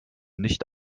nicht